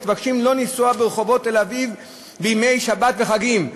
מתבקשים לא לנסוע ברחובות תל-אביב בימי שבת וחגים.